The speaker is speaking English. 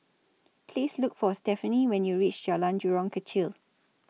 Please Look For Stephani when YOU REACH Jalan Jurong Kechil